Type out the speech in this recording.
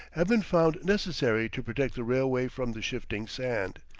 have been found necessary to protect the railway from the shifting sand.